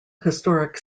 historic